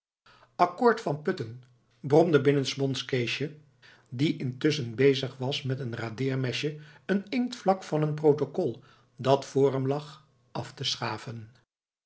akkoord van putten bromde binnensmonds keesje die intusschen bezig was met een radeermesje een inktvlak van een protocol dat voor hem lag af te schaven